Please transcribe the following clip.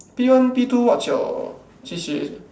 P one P two what's your C_C_A